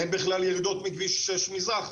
אין בכלל ירידות מכביש שש מזרח,